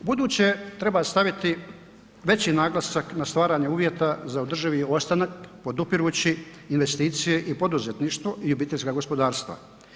U buduće treba staviti veći naglasak na stvaranje uvjeta za održivi ostanak podupirući investicije i poduzetništvo i obiteljska gospodarstva.